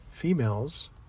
females